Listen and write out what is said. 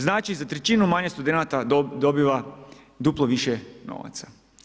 Znači za trećinu manje studenata dobiva duplo više novaca.